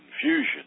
confusion